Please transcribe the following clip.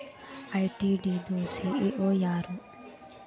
ITD ದು CEO ಯಾರು?